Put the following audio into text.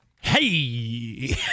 Hey